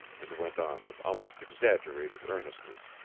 and went on with almost exaggerated earnestness.